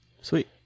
Sweet